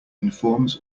informs